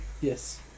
Yes